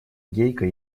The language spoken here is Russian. гейка